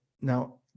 now